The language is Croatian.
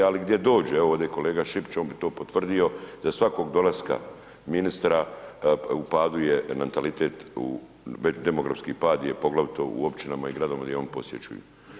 Ali, gdje dođu, evo ovdje je kolega Šipić, on bi to potvrdio, da svakog dolaska ministra u padu je natalitet, demografski pad je, poglavito u općinama i gradovima gdje oni posjećuju.